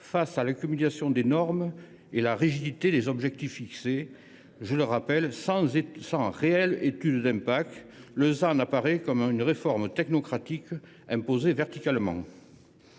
face à l’accumulation de normes et à la rigidité des objectifs fixés sans réelle étude d’impact. Le ZAN est perçu comme une réforme technocratique imposée verticalement.